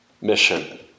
mission